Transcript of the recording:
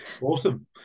Awesome